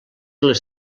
les